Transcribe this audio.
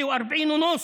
46.5%